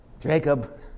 Jacob